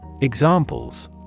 Examples